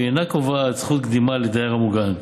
והיא אינה קובעת זכות קדימה לדייר המוגן.